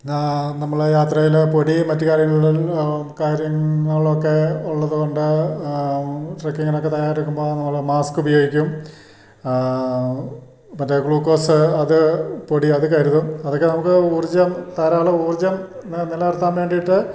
നമ്മൾ യാത്രയിൽ പൊടി മറ്റു കാര്യങ്ങളിൽ കാര്യങ്ങളൊക്കെ ഉള്ളതുകൊണ്ട് ട്രക്കിങ്ങിനൊക്കെ തയ്യാറെടുക്കുമ്പോൾ നമ്മൾ മാസ്ക് ഉപയോഗിക്കും മറ്റേ ഗ്ലൂക്കോസ് അത് പൊടി അതു കരുതും അതൊക്കെ നമുക്ക് ഊർജ്ജം ധാരളം ഊർജ്ജം നിലനിർത്താൻ വേണ്ടിയിട്ട്